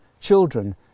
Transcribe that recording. Children